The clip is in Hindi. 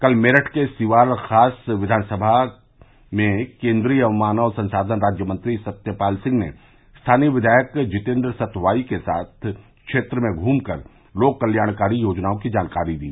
कल मेरठ के सिवाल खास विधानसभा में केन्द्रीय मानव संसाधन राज्य मंत्री सत्यपाल सिंह ने स्थानीय विधायक जितेन्द्र सतवाई के साथ क्षेत्र में घूम कर लोक कल्याणकारी योजनाओं की जानकारी दी